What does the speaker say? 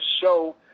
show